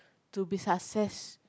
to be success